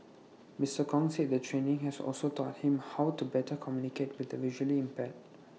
Mister Kong said the training has also taught him how to better communicate with the visually impaired